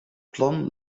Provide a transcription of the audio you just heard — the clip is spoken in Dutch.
plan